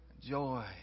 joy